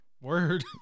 Word